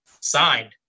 signed